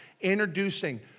introducing